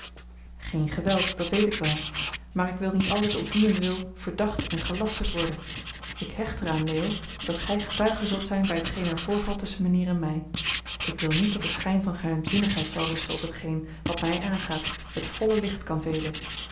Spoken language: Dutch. geen geweld dat weet ik wel maar ik wil niet altijd om uwentwil verdacht en gelasterd worden ik hecht er aan leo dat gij getuige zult zijn bij t geen er voorvalt tusschen mijnheer en mij ik wil niet dat er schijn van geheimzinnigheid zal rusten op hetgeen wat mij aangaat het volle licht kan velen